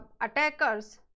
attackers